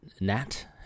Nat